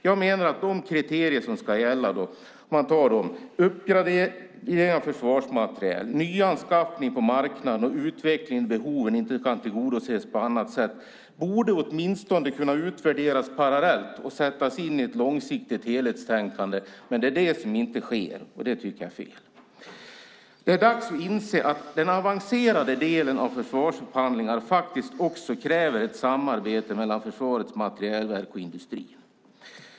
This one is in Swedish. Jag menar att de kriterier som ska gälla, alltså uppgradering av försvarsmateriel, nyanskaffning på marknaden och att utvecklingsbehoven inte kan tillgodoses på annat sätt, åtminstone borde kunna utvärderas parallellt och sättas in i ett långsiktigt helhetstänkande. Det sker dock inte, och det tycker jag är fel. Det är dags att se att den avancerade delen av försvarsupphandlingar faktiskt också kräver ett samarbete mellan Försvarets materielverk och industrin.